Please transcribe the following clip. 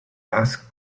asked